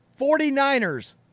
49ers